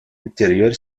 intérieur